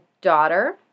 daughter